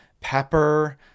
pepper